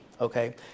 Okay